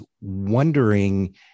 wondering